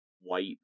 white